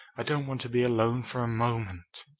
i don't want to be alone for a moment.